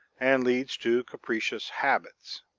and leads to capricious habits.